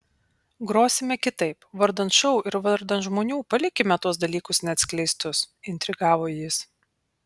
grosime kitaip vardan šou ir vardan žmonių palikime tuos dalykus neatskleistus intrigavo jis